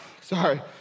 Sorry